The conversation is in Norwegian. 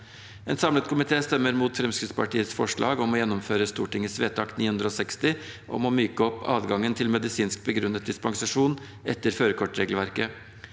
En samlet komité stemmer imot Fremskrittspartiets forslag om å gjennomføre Stortingets vedtak 960, om å myke opp adgangen til medisinsk begrunnet dispensasjon etter førerkortregelverket.